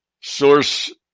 source